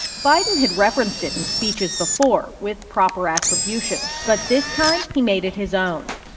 biden had referenced it in speeches before with proper attribution. but this time, he made it his own.